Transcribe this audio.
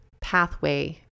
pathway